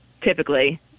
typically